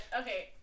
Okay